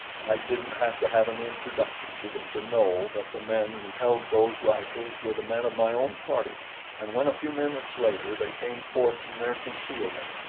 i didn't have to have an introduction to them to know that the men who held those rifles were the men of my own party and when, a few minutes later, they came forth from their concealment,